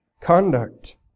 conduct